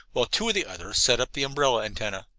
while two of the others set up the umbrella antenna.